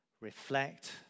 reflect